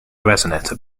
resonator